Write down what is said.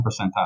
percentile